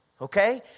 Okay